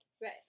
Right